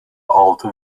altı